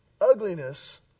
Ugliness